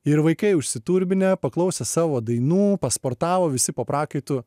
ir vaikai užsiturbinę paklausę savo dainų pasportavo visi po prakaitu